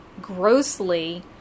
grossly